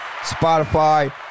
Spotify